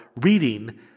reading